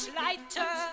lighter